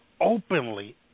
openly